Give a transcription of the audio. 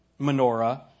menorah